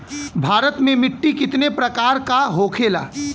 भारत में मिट्टी कितने प्रकार का होखे ला?